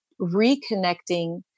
reconnecting